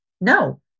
No